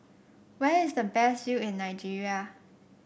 where is the best view in Nigeria